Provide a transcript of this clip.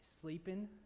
sleeping